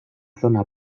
zona